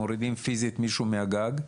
מורידים פיזית מישהו מן הגג.